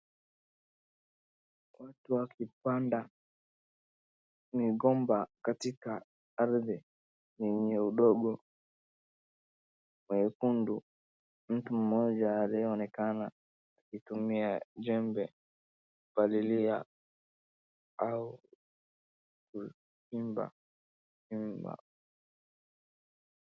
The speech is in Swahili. Watu wakipanda migomba katika ardhi yenye udongo mwekundu. Mtu mmoja aliyeonekana akitumia jembe kupalilia au kuchimba